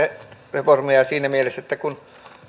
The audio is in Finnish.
reformia siinä mielessä että kun